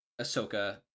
Ahsoka